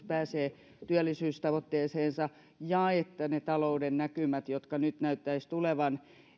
pääsee työllisyystavoitteeseensa ja että ne talouden näkymät jotka nyt näyttäisivät tulevan